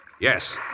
Yes